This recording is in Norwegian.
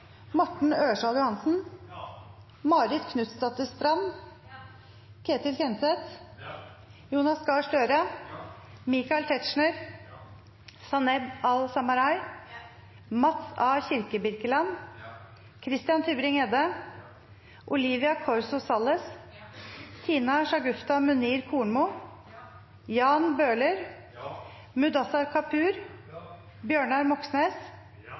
Morten Ørsal Johansen, Marit Knutsdatter Strand, Ketil Kjenseth, Jonas Gahr Støre, Michael Tetzschner, Zaineb Al-Samarai, Mats A. Kirkebirkeland, Christian Tybring-Gjedde, Olivia Corso Salles, Tina Shagufta Munir Kornmo, Jan Bøhler, Mudassar Kapur, Bjørnar Moxnes,